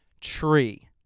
tree